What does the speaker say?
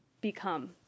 become